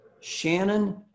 shannon